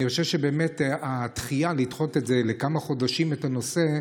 אני חושב שהדחייה, לדחות בכמה חודשים את הנושא,